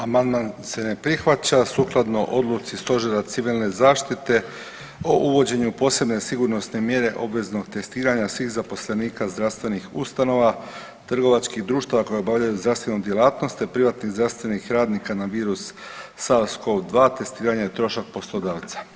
Amandman se ne prihvaća, sukladno odluci Stožera civilne zaštite o uvođenju posebne sigurnosne mjere obveznog testiranja svih zaposlenika zdravstvenih ustanova, trgovačkih društava koji obavljaju zdravstvenu djelatnost te privatnih zdravstvenih radnika na virus SARS-CoV-2, testiranje na trošak poslodavca.